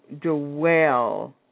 dwell